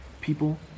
people